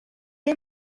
های